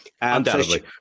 Undoubtedly